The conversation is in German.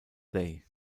they